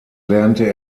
lernte